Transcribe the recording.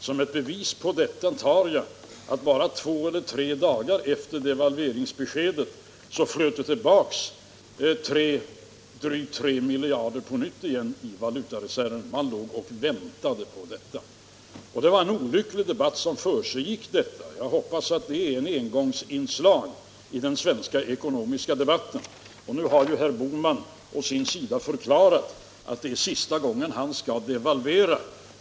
Som bevis på detta tar jag att bara två eller tre dagar efter devalveringsbeskedet flöt det tillbaka drygt tre miljarder till valutareserven — man låg och väntade på devalveringen. Det var en olycklig debatt som föregick detta. Jag hoppas att det är ett engångsinslag i den svenska ekonomiska debatten. Nu har ju herr Bohman å sin sida förklarat att det är sista gången han devalverar.